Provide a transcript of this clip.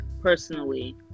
personally